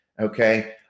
okay